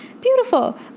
Beautiful